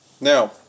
Now